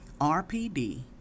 rpd